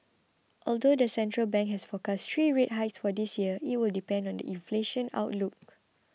although the central bank has forecast three rate hikes for this year it will depend on the inflation outlook